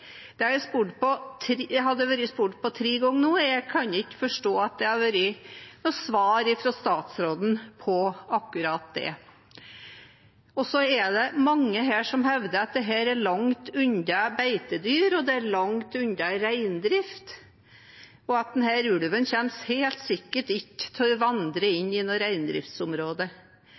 tre ganger nå. Jeg kan ikke forstå at det har vært noe svar fra statsråden på akkurat det. Det er mange som hevder at dette er langt unna beitedyr, at det er langt unna reindrift, og at denne ulven helt sikkert ikke kommer til å vandre inn i noe reindriftsområde.